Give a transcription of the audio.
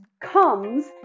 comes